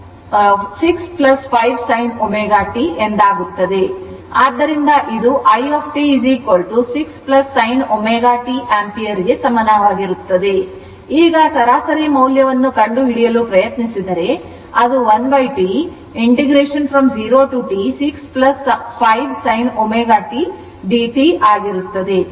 ಆದ್ದರಿಂದ ಇದು i 6 5 sin ω t ಆಂಪಿಯರ್ಗೆ ಸಮಾನವಾಗಿರುತ್ತದೆ ಈಗ ಸರಾಸರಿ ಮೌಲ್ಯವನ್ನು ಕಂಡುಹಿಡಿಯಲು ಪ್ರಯತ್ನಿಸಿದರೆ ಅದು 1 T 0 to T 6 5 sin ω tdt ಆಗಿರುತ್ತದೆ